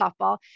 softball